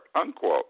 unquote